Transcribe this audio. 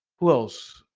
close